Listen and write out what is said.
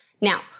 Now